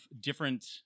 different